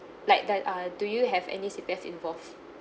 like does err do you have any C_P_F involve